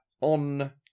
On